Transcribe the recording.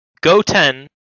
goten